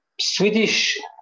Swedish